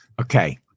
Okay